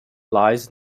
lies